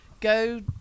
Go